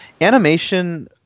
animation